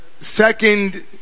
second